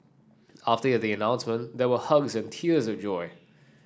after the announcement there were hugs and tears of joy